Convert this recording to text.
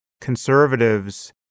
conservatives